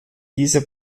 dieser